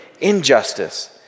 Injustice